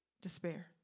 despair